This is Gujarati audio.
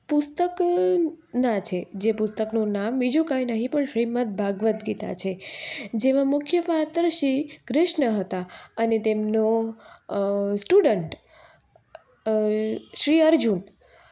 પુસ્તકનાં છે જે પુસ્તકનું નામ બીજું કંઈ નહીં પણ શ્રીમદ ભાગવદ ગીતા છે જેમાં મુખ્ય પાત્ર શ્રી ક્રિશ્ન હતા અને તેમનો સ્ટુડન્ટ શ્રી અર્જુન હતા